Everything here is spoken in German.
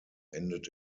endet